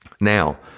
Now